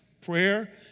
prayer